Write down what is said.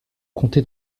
comté